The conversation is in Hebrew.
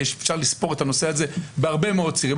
אפשר לספור את הנושא הזה בהרבה מאוד צירים,